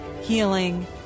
healing